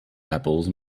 apples